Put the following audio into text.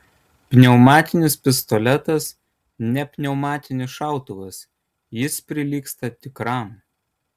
pneumatinis pistoletas ne pneumatinis šautuvas jis prilygsta tikram